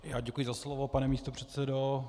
Já děkuji za slovo, pane místopředsedo.